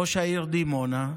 ראש העיר דימונה,